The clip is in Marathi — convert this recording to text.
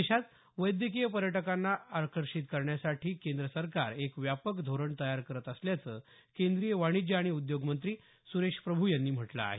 देशात वैद्यकीय पर्यटकांना आकर्षित करण्यासाठी केंद्र सरकार एक व्यापक धोरण तयार करत असल्याचं केंद्रीय वाणिज्य आणि उद्योग मंत्री सुरेश प्रभू यांनी म्हटलं आहे